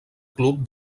club